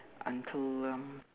until um